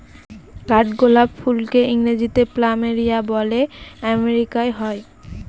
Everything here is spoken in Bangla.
কাঠগোলাপ ফুলকে ইংরেজিতে প্ল্যামেরিয়া বলে আমেরিকায় হয়